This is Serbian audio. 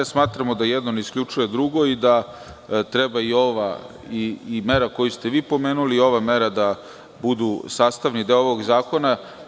Smatramo da jedno ne isključuje drugo i da treba i mera koju ste vi pomenuli i ova mera da budu sastavni deo ovog zakona.